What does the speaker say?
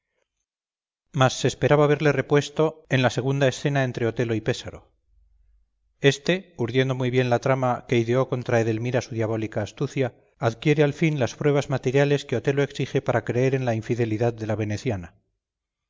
se esperaba verle repuesto en la segunda escena entre otelo y pésaro este urdiendo muy bien la trama que ideó contra edelmira su diabólica astucia adquiere al fin las pruebas materiales que otelo exige para creer en la infidelidad de la veneciana